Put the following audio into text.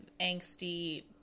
angsty